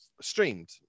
streamed